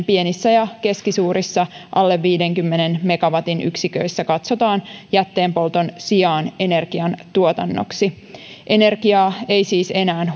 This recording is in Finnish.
pienissä ja keskisuurissa alle viidenkymmenen megawatin yksiköissä katsotaan jätteenpolton sijaan energiantuotannoksi energiaa ei siis enää